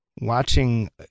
Watching